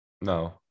no